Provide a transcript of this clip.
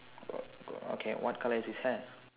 okay what colour is his hair